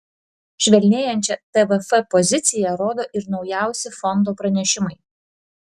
švelnėjančią tvf poziciją rodo ir naujausi fondo pranešimai